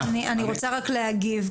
אני רוצה רק להגיב.